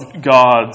God's